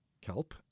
kelp